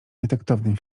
nietaktownym